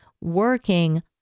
working